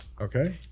Okay